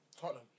Tottenham